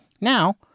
Now